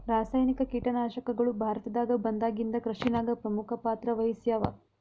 ರಾಸಾಯನಿಕ ಕೀಟನಾಶಕಗಳು ಭಾರತದಾಗ ಬಂದಾಗಿಂದ ಕೃಷಿನಾಗ ಪ್ರಮುಖ ಪಾತ್ರ ವಹಿಸ್ಯಾವ